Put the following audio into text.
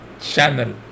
channel